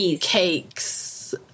cakes